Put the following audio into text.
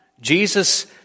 Jesus